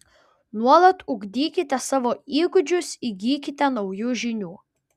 nuolat ugdykite savo įgūdžius įgykite naujų žinių